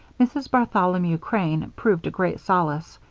mrs. bartholomew crane proved a great solace.